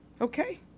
Okay